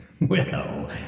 Well